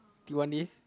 do you want this